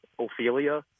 Ophelia